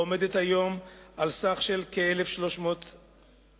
העומדת היום על סך של כ-1,300 שקלים.